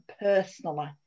personally